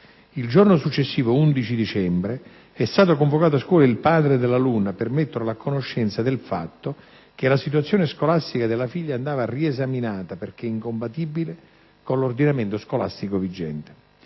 Il giorno successivo, 11 dicembre, è stato convocato a scuola il padre dell'alunna per metterlo a conoscenza del fatto che la situazione scolastica della figlia andava riesaminata perché incompatibile con l'ordinamento scolastico vigente.